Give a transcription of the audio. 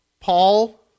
Paul